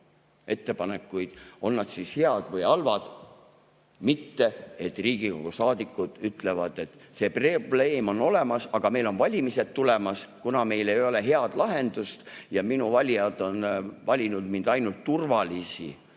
ettepanekuid, on nad siis head või halvad. Mitte et Riigikogu saadikud ütlevad, et probleem on olemas, aga meil on valimised tulemas ja kuna meil head lahendust ei ole ja minu valijad on valinud mind ainult turvalisi